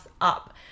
up